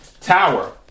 Tower